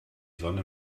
sonne